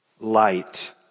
Light